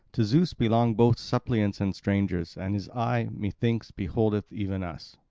to zeus belong both suppliants and strangers and his eye, methinks, beholdeth even us.